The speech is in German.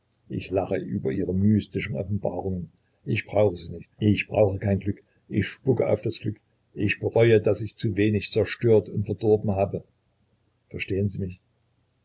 ich lache über ihre mystischen offenbarungen ich brauche sie nicht ich brauche kein glück ich spucke auf das glück ich bereue daß ich zu wenig zerstört und verdorben habe verstehen sie mich